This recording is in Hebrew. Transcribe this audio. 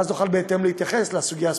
ואז נוכל בהתאם להתייחס לסוגיה הספציפית.